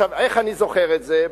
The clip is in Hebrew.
איך אני זוכר את זה?